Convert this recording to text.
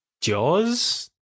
Jaws